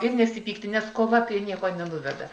ir nesipykti nes kova prie nieko nenuveda